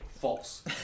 False